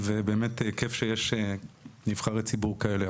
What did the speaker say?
באמת כייף שיש נבחרי ציבור כאלה,